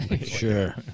Sure